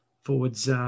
forwards